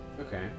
Okay